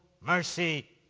mercy